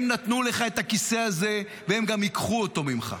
הם נתנו לך את הכיסא הזה והם גם ייקחו אותו ממך.